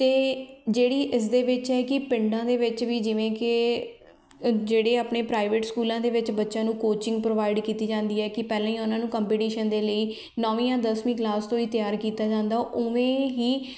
ਅਤੇ ਜਿਹੜੀ ਇਸ ਦੇ ਵਿੱਚ ਹੈ ਕਿ ਪਿੰਡਾਂ ਦੇ ਵਿੱਚ ਵੀ ਜਿਵੇਂ ਕਿ ਜਿਹੜੇ ਆਪਣੇ ਪ੍ਰਾਈਵੇਟ ਸਕੂਲਾਂ ਦੇ ਵਿੱਚ ਬੱਚਿਆਂ ਨੂੰ ਕੋਚਿੰਗ ਪ੍ਰੋਵਾਈਡ ਕੀਤੀ ਜਾਂਦੀ ਹੈ ਕਿ ਪਹਿਲਾਂ ਹੀ ਉਹਨਾਂ ਨੂੰ ਕੰਪੀਟੀਸ਼ਨ ਦੇ ਲਈ ਨੌਵੀਂ ਜਾਂ ਦਸਵੀਂ ਕਲਾਸ ਤੋਂ ਹੀ ਤਿਆਰ ਕੀਤਾ ਜਾਂਦਾ ਉਵੇਂ ਹੀ